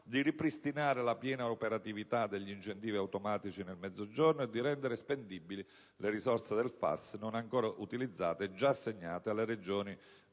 di ripristinare la piena operatività degli incentivi automatici nel Mezzogiorno e di rendere spendibili le risorse del FAS non ancora utilizzate e già assegnate alle Regioni